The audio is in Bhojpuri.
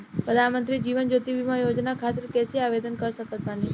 प्रधानमंत्री जीवन ज्योति बीमा योजना खातिर कैसे आवेदन कर सकत बानी?